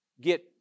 get